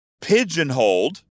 pigeonholed